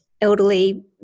elderly